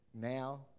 now